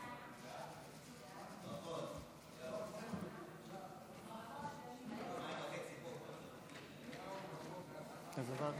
ההצעה להעביר את הצעת חוק העונשין (תיקון, הארכת